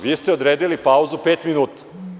Vi ste odredili pauzu pet minuta.